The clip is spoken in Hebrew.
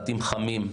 בתים חמים.